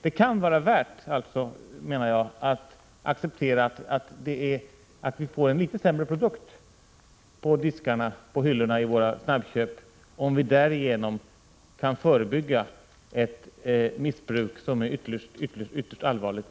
Det kan vara värt att acceptera att vi får en något sämre produkt på hyllorna i våra snabbköp om vi därigenom kan förebygga ett missbruk som är ytterst allvarligt.